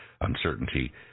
uncertainty